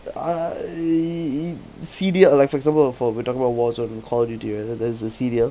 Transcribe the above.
ah C_D_L or like for example if we're talking about warzone we call it E_D right so there's a C_D_L